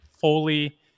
fully –